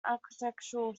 architectural